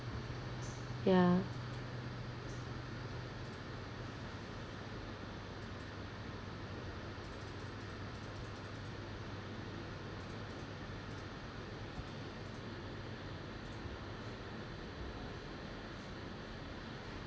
yeah